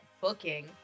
booking